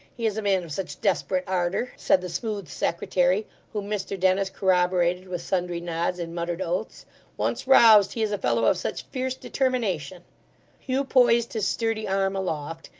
he is a man of such desperate ardour said the smooth secretary, whom mr dennis corroborated with sundry nods and muttered oaths once roused, he is a fellow of such fierce determination hugh poised his sturdy arm aloft,